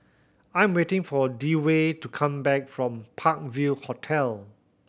I'm waiting for Dewey to come back from Park View Hotel